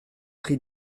pris